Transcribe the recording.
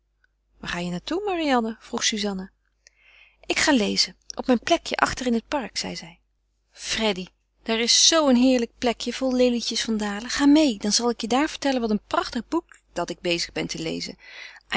waar ga je naar toe marianne vroeg suzanne ik ga lezen op mijn plekje achter in het park zeide zij freddy daar is zoo een heerlijk plekje vol lelietjes van dalen ga meê dan zal ik je daar vertellen van een prachtig boek dat ik bezig ben te lezen